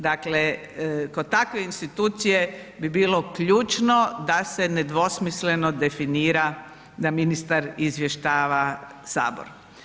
Dakle, kod takve institucije bi bilo ključno da se nedvosmisleno definira da ministar izvještava Sabor.